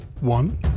one